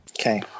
Okay